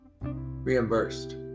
reimbursed